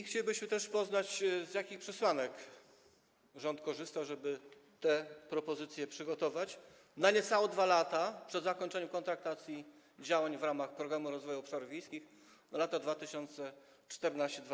Chcielibyśmy też poznać, z jakich przesłanek rząd korzysta, żeby te propozycje przygotować na niecałe 2 lata przed zakończeniem kontraktacji działań w ramach Programu Rozwoju Obszarów Wiejskich na lata 2014–2020.